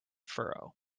furrow